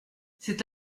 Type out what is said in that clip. cet